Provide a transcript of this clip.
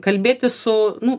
kalbėtis su nu